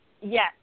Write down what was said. Yes